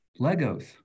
legos